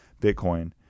Bitcoin